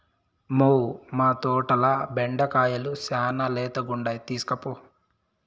మ్మౌ, మా తోటల బెండకాయలు శానా లేతగుండాయి తీస్కోపో